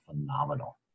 phenomenal